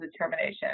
determination